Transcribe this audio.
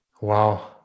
Wow